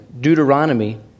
Deuteronomy